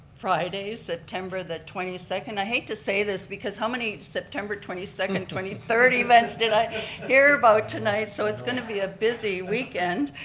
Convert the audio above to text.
friday september the the twenty second. i hate to say this because how many september twenty second, and twenty third events did i hear about tonight. so it's going to be a busy weekend.